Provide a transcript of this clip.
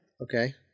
okay